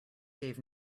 gave